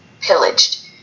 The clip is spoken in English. Pillaged